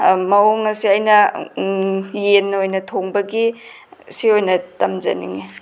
ꯃꯑꯣꯡ ꯑꯁꯦ ꯑꯩꯅ ꯌꯦꯟ ꯑꯣꯏꯅ ꯊꯣꯡꯕꯒꯤ ꯁꯤ ꯑꯣꯏꯅ ꯇꯝꯖꯅꯤꯡꯏ